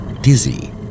dizzy